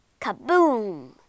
Kaboom